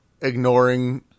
ignoring